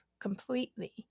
completely